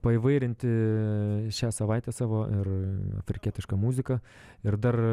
paįvairinti šią savaitę savo ir afrikietiška muzika ir dar